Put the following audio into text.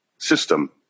system